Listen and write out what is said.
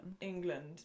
England